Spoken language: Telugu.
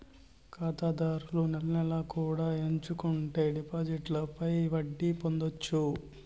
ఖాతాదారులు నెల నెలా కూడా ఎంచుకుంటే డిపాజిట్లపై వడ్డీ పొందొచ్చు